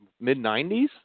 mid-90s